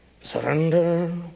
surrender